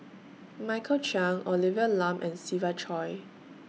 Michael Chiang Olivia Lum and Siva Choy